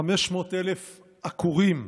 500,000 עקורים,